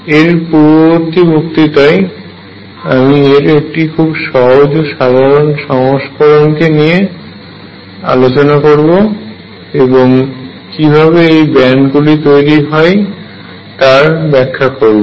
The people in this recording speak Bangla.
এর পরবর্তী বক্তৃতায় আমি এর একটি খুব সহজ ও সাধারণ সংস্করণ কে নিয়ে আলোচনা করব এবং কীভাবে এই ব্যান্ড গুলি তৈরি হয় তার ব্যাখ্যা করব